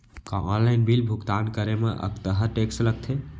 का online bill भुगतान करे मा अक्तहा टेक्स लगथे?